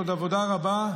עוד עבודה רבה,